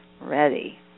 ready